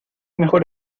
mejor